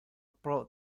pro